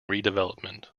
redevelopment